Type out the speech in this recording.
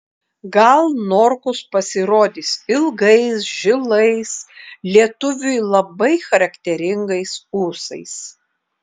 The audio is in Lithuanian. gal norkus pasirodys ilgais žilais lietuviui labai charakteringais ūsais